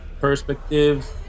perspective